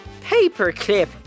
paperclip